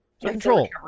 Control